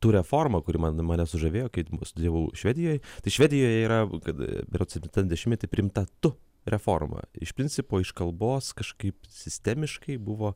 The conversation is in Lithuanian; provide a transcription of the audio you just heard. tų reformą kuri man mane sužavėjo kai studijavau švedijoj tai švedijoje yra kad berods septintam dešimtmety priimta tu reforma iš principo iš kalbos kažkaip sistemiškai buvo